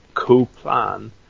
co-plan